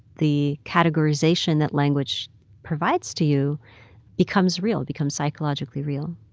the categorization that language provides to you becomes real, becomes psychologically real